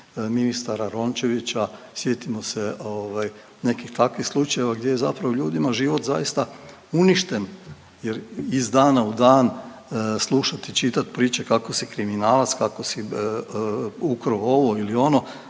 ministara Rončevića, sjetimo se nekih takvih slučajeva gdje je zapravo ljudima život zaista uništen jer iz dana u dan slušati i čitati priče kako si kriminalac, kako si ukr'o ovo ili ono,